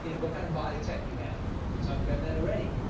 you know what kind of body type you have we talked about that already.